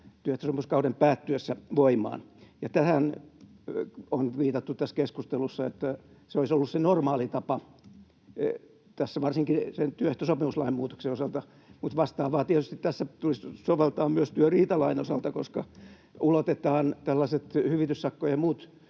työehtosopimuskauden päättyessä. Tähän on viitattu tässä keskustelussa, että se olisi ollut se normaali tapa tässä varsinkin sen työehtosopimuslain muutoksen osalta, mutta vastaavaa tietysti tässä tulisi soveltaa myös työriitalain osalta, koska ulotetaan tällaiset hyvityssakko- ja muut